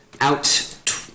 out